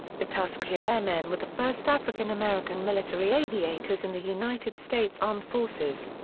the tuskegee airmen were the first african-american military aviators in the united states armed forces.